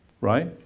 Right